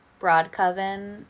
Broadcoven